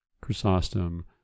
Chrysostom